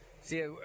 See